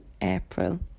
April